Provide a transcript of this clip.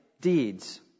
deeds